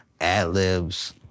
ad-libs